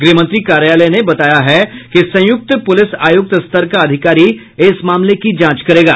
गृहमंत्री कार्यालय ने बताया है कि संयूक्त प्रलिस आयूक्त स्तर का अधिकारी इस मामले की जांच करेगा